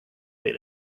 way